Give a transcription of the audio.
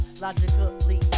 logically